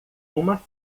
uma